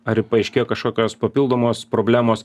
ar paaiškėjo kažkokios papildomos problemos